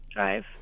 drive